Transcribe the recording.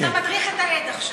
אתה מדריך את העד עכשיו.